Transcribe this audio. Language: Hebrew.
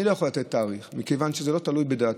אני לא יכול לתת תאריך מכיוון שזה לא תלוי בדעתנו,